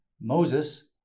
Moses